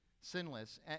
sinless